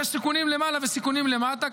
יש סיכונים למעלה וסיכונים למטה.